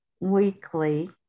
weekly